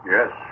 Yes